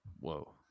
Whoa